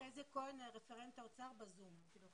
וחזי כהן, רפרנט האוצר, בזום.